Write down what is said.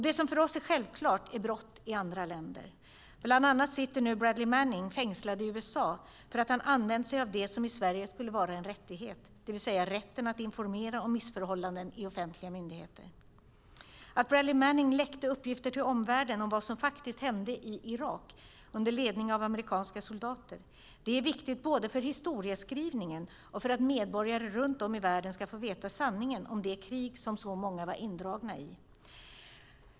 Det som för oss är självklart är brott i andra länder. Bland annat sitter nu Bradley Manning fängslad i USA för att han har använt sig av det som i Sverige skulle vara en rättighet, det vill säga rätten att informera om missförhållanden i offentliga myndigheter. Att Bradley Manning läckte uppgifter till omvärlden om vad som faktiskt hände i Irak under ledning av amerikanska soldater är viktigt både för historieskrivningen och för att medborgare runt om i världen ska få veta sanningen om det krig som så många var indragna i.